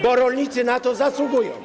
bo rolnicy na to zasługują.